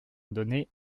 donner